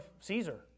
Caesar